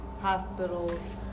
hospitals